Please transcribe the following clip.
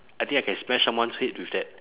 I think I can smash someone's head with that